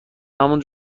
همون